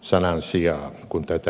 sanan sijaa kun tätä ratkaisua on tehty